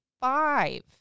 five